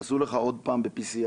עשו לך עוד פעם ב-PCR,